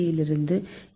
C யிலிருந்து ஏ